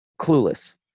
clueless